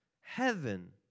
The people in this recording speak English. heaven